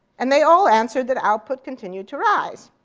and they all answered that output continued to rise,